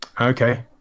okay